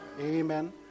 amen